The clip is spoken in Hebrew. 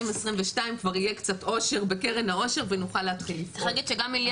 כבר יהיה קצת עושר בקרן העושר ונוכל להתחיל לפעול.